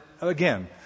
again